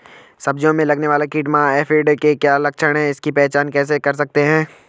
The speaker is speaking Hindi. सब्जियों में लगने वाला कीट माह एफिड के क्या लक्षण हैं इसकी पहचान कैसे कर सकते हैं?